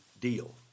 deal